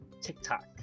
TikTok